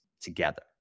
together